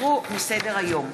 הוסרו מסדר-היום.